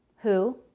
who,